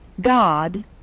God